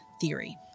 theory